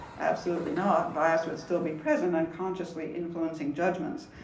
absolutely not. bias would still be present, unconsciously influencing judgments.